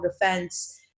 defense